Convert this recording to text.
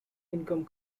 income